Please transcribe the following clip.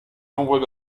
nombreux